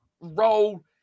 role